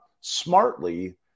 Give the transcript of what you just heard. smartly